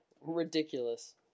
ridiculous